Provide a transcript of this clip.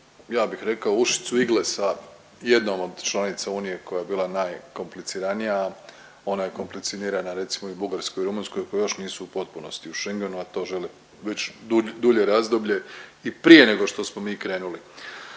ja bih rekao ušicu igle sa jednom od članice Unije koja je bila najkompliciranija. Ona je komplicirana recimo i Bugarskoj i Rumunjskoj koje još nisu u potpunosti u Schengenu, a to žele već dulje razdoblje i prije nego što smo mi krenuli.